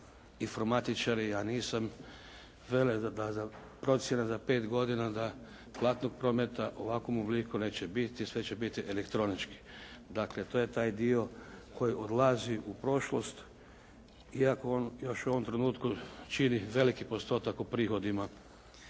Informatičari, ja nisam, vele da procjena za 5 godina da platnog prometa u ovakvom obliku neće biti i sve će biti elektronički. Dakle, to je taj dio koji odlazi u prošlost, iako on još u ovom trenutku čini veliki postotak u prihodima